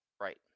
Right